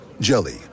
Jelly